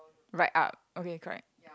right up okay correct